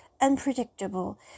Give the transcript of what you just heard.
unpredictable